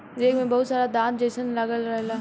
rake में बहुत सारा दांत जइसन लागल रहेला